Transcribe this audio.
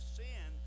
sin